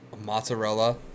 mozzarella